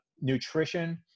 nutrition